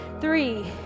three